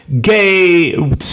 gay